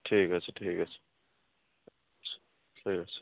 ঠিক আছে ঠিক আছে